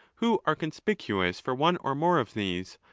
who are conspicuous for one or more of these,